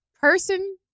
person